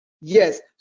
Yes